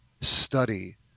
study